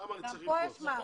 שם נצטרך ללחוץ.